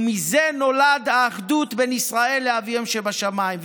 ומזה נולד האחדות בין ישראל לאביהם שבשמיים,